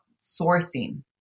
sourcing